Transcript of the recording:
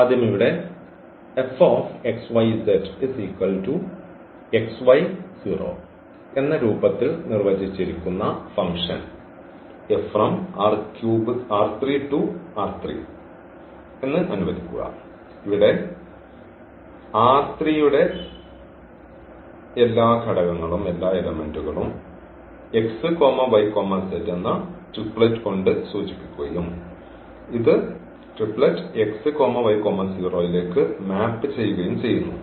ആദ്യം ഇവിടെ എന്ന രൂപത്തിൽ നിർവ്വചിച്ചിരിക്കുന്ന ഫങ്ങ്ഷൻ അനുവദിക്കുക ഇവിടെ ഈ ന്റെ എല്ലാ ഘടകങ്ങളും ഈ കൊണ്ട് സൂചിപ്പിക്കുകയും ഇത് ലേക്ക് മാപ്പ് ചെയ്യുകയും ചെയ്യുന്നു